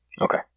Okay